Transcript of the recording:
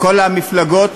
כל המפלגות,